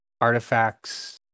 artifacts